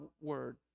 word